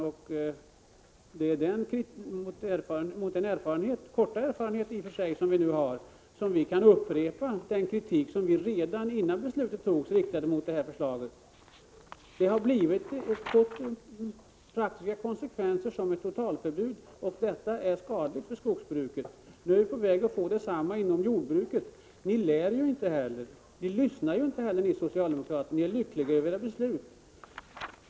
Det är mot bakgrund av den i och för sig korta erfarenhet som vi i dag har som vi kan upprepa den kritik som vi redan innan beslutet togs riktade mot regeringens förslag. Det har blivit sådana praktiska konsekvenser att beslutet är att likna vid ett totalförbud. Detta är skadligt för skogsbruket. Nu är vi på väg att få detsamma inom jordbruket. Ni socialdemokrater lyssnar eller lär inte. Ni är lyckliga över era beslut.